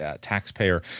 taxpayer